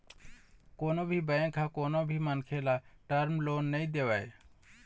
कोनो भी बेंक ह कोनो भी मनखे ल टर्म लोन नइ देवय